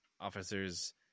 officers